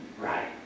right